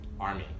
army